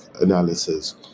analysis